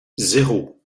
zéro